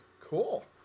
Cool